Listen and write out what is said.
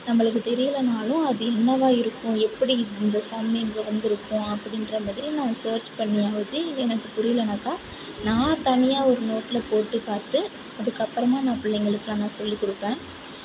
நம்மளுக்கு தெரியலானாலும் அது என்னவாக இருக்கும் எப்படி இந்த சம் இங்கே வந்திருக்கும் அப்படின்ற மாதிரி நான் சேர்ச் பண்ணியாவது எனக்கு புரியலைனாக்கா நான் தனியாக ஒரு நோட்டில் போட்டு பார்த்து அதுக்கப்புறமா நான் பிள்ளைங்களுக்குலாம் நான் சொல்லி கொடுப்பேன்